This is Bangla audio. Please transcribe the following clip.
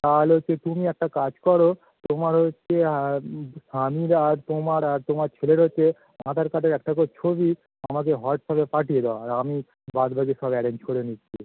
তাহলে হচ্ছে তুমি একটা কাজ করো তোমার হচ্ছে স্বামীর আর তোমার তোমার ছেলের হচ্ছে আধার কার্ডের একটা করে ছবি আমাকে হোয়াটসঅ্যাপে পাঠিয়ে দাও আর আমি বাদ বাকি সব অ্যারেঞ্জ করে নিচ্ছি